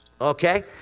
Okay